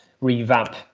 revamp